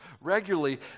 regularly